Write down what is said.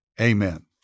amen